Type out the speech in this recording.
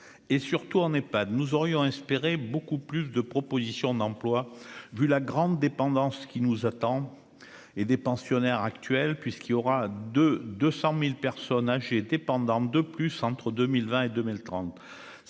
et surtout, on n'est pas nous aurions espéré beaucoup plus de propositions d'emploi vu la grande dépendance qui nous attend et des pensionnaires actuels puisqu'il y aura de 200000 personnes ah j'ai été pendant de plus entre 2020 et 2030,